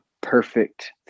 perfect